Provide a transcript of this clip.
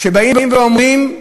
באים ואומרים: